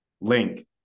Link